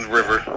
River